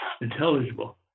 intelligible